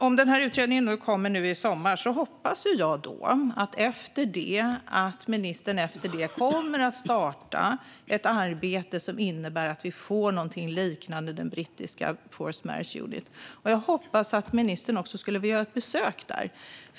Om denna utredning kommer nu i sommar hoppas jag att ministern efter det kommer att starta ett arbete som innebär att vi får någonting liknande brittiska Forced Marriage Unit. Jag hoppas att ministern också skulle vilja göra ett besök där.